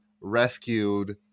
rescued